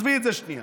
עזבי את זה שנייה.